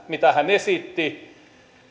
mitä hän tänään esitti asetetaan kyseenalaiseksi